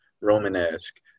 Romanesque